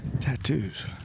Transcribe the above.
Tattoos